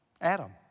Adam